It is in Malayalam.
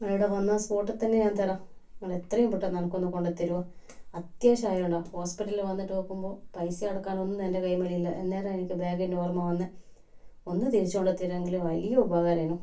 നിങ്ങൾ ഇവിടെ വന്നാൽ ആ സപോട്ടിൽ തന്നെ ഞാൻ തരാം നിങ്ങൾ എത്രയും പെട്ടെന്ന് എനിക്ക് ഒന്ന് കൊണ്ടുത്തരുമോ അത്യാവശ്യം ആയതുകൊണ്ടാണ് ഹോസ്പിറ്റൽ വന്നിട്ട് നോക്കുമ്പോൾ പൈസ അടയ്ക്കാൻ ഒന്നും എന്റെ കൈയ്യിന് മേൽ ഇല്ല അന്നേരം എനിക്ക് ബാഗിന്റെ ഓര്മ്മ വന്നത് ഒന്ന് തിരിച്ചു കൊണ്ടുത്തരുമെങ്കിൽ വലിയ ഉപകാരമായിനു